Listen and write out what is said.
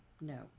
No